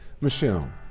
Michelle